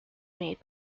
made